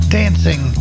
dancing